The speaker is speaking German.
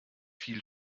viel